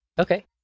Okay